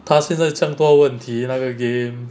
他现在这样多问题那个 game